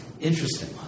interesting